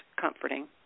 comforting